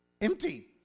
empty